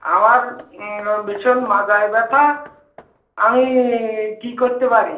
আমার ভীষণ মাথায় ব্যথা আমি কী করতে পারি